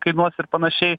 kainuos ir panašiai